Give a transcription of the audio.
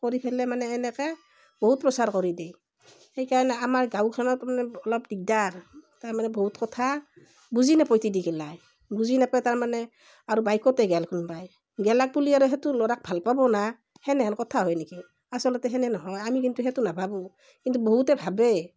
কৰি ফেলে মানে এনেকে বহুত প্ৰচাৰ কৰি দেই সেইকাৰণে আমাৰ গাঁওখনত তাৰমানে অলপ দিগদাৰ তাৰমানে বহুত কথা বুজি নাপোই তিৰিগিলাই বুজি নাপোই তাৰমানে আৰু বাইকতে গেল কোনবাই গেলাক বুলি আৰু সেইটো ল'ৰাক ভালপাবো না তেনেহেন কথা হয় নেকি আচলতে তেনে নহয় আমি কিন্তু সেইটো নাভাবোঁ কিন্তু বহুতে ভাৱে